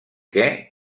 que